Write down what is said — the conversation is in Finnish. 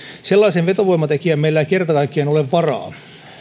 sellaiseen vetovoimatekijään meillä ei kerta kaikkiaan ole varaa